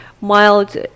mild